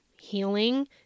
healing